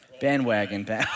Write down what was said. Bandwagon